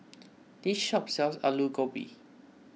this shop sells Aloo Gobi